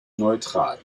neutral